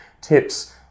tips